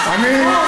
חברת הכנסת גלאון,